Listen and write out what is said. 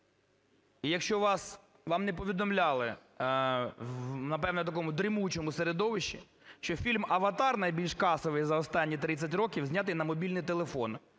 і якщо вам не повідомляли, напевно, в такому дрімучому середовищі, що фільм "Аватар", найбільш касовий за останній 30 років, знятий на мобільний телефон.